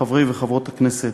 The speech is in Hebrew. חברי וחברות הכנסת,